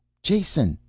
jason!